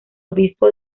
obispo